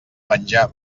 penjà